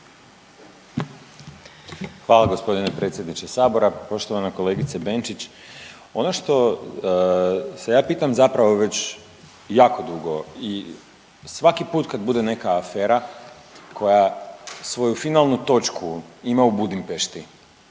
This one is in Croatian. Hvala gospodine predsjedniče sabora. Poštovana kolegice Benčić, ono što se ja pitam zapravo već jako dugo i svaki put kad bude neka afera koja svoju finalnu točku ima u Budimpešti,